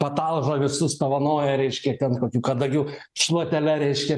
patalžo visus pavanoja reiškia ten kokių kadagių šluotele reiškia